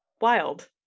wild